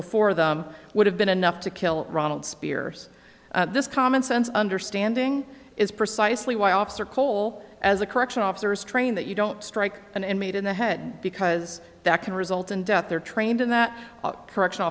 before them would have been enough to kill ronald spears this commonsense understanding is precisely why officer cole as a correctional officers train that you don't strike an inmate in the head because that can result in death they're trained in that correction